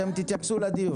אתם תתייחסו לדיון.